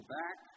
back